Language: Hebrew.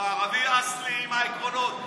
הוא ערבי אסלי, עם העקרונות.